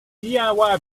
diy